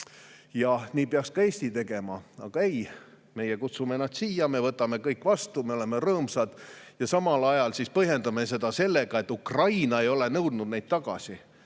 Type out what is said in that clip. Samamoodi peaks ka Eesti tegema. Aga ei, meie kutsume nad siia, me võtame kõik vastu, me oleme rõõmsad. Ja samal ajal siis põhjendame seda sellega, et Ukraina ei ole nõudnud neid tagasi.